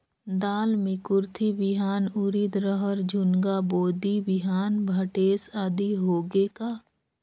दाल मे कुरथी बिहान, उरीद, रहर, झुनगा, बोदी बिहान भटेस आदि होगे का?